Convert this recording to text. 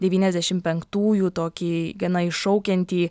devyniasdešimt penktųjų tokį gana iššaukiantį